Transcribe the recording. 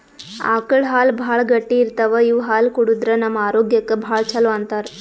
ಆಕಳ್ ಹಾಲ್ ಭಾಳ್ ಗಟ್ಟಿ ಇರ್ತವ್ ಇವ್ ಹಾಲ್ ಕುಡದ್ರ್ ನಮ್ ಆರೋಗ್ಯಕ್ಕ್ ಭಾಳ್ ಛಲೋ ಅಂತಾರ್